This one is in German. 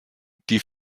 die